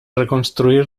reconstruir